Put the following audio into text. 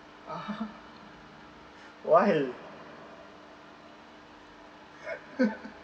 ah why